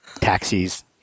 taxis